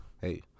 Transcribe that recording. hey